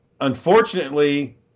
unfortunately